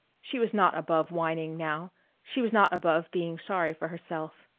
she was not above whining now she was not above being sorry for herself.